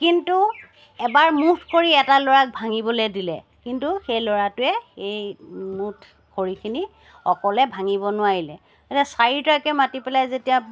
কিন্তু এবাৰ মুঠ কৰি এটা ল'ৰাক ভাঙিবলৈ দিলে কিন্তু সেই লৰাটোৱে সেই মুঠ খৰিখিনি অকলে ভাঙিব নোৱাৰিলে চাৰিওটাকে মাতি পেলাই যেতিয়া